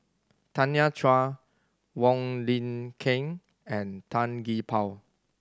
Tanya Chua Wong Lin Ken and Tan Gee Paw